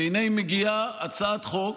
והינה, מגיעה הצעת חוק